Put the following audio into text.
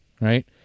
right